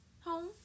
Home